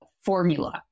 formula